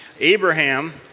Abraham